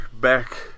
back